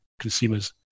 consumers